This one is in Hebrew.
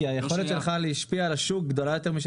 היכולת לך להשפיע על השוק גדולה יותר מאשר